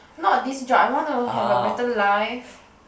not this job I want to have a better life